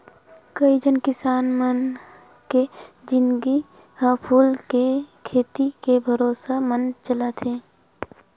कइझन किसान मन के जिनगी ह फूल के खेती के भरोसा म चलत हे